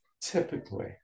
typically